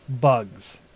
bugs